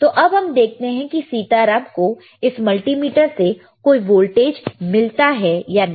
तो अब हम देखते हैं कि सीता राम को इस मल्टीमीटर से कोई वोल्टेज मिलता है या नहीं